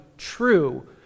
true